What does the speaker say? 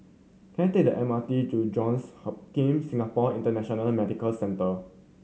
can I take the M R T to Johns Hopkin Singapore International Medical Centre